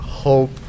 hope